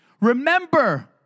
Remember